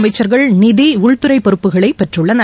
அமைச்சர்கள் நிதி உள்துறை பொறுப்புகளை பெற்றுள்ளனர்